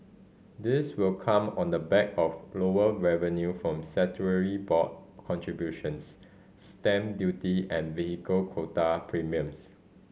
this will come on the back of lower revenue from board contributions stamp duty and vehicle quota premiums